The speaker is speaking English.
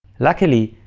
luckily,